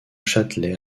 châtelet